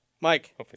Mike